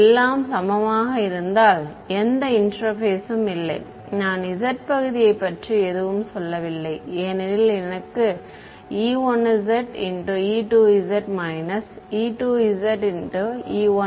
எல்லாம் சமமாக இருந்தால் எந்த இன்டெர்பேஸும் இல்லை நான் z பகுதியைப் பற்றி எதுவும் சொல்லவில்லை ஏனெனில் எனக்கு e1ze2z e2ze1z கிடைத்தது